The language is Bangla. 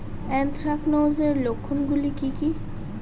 এ্যানথ্রাকনোজ এর লক্ষণ গুলো কি কি?